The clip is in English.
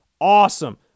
awesome